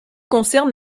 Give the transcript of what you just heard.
concerne